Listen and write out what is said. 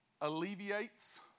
alleviates